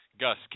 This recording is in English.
Gus